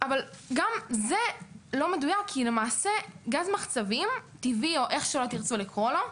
גם זה לא מדויק כי למעשה גז מחצבים טבעי או איך שלא תירצו לקרוא לו,